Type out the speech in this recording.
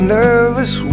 nervous